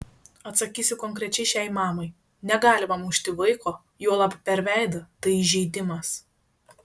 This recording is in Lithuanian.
atsakysiu konkrečiai šiai mamai negalima mušti vaiko juolab per veidą tai įžeidimas